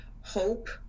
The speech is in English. hope